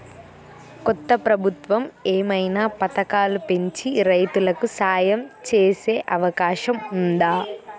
కొత్త ప్రభుత్వం ఏమైనా పథకాలు పెంచి రైతులకు సాయం చేసే అవకాశం ఉందా?